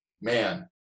man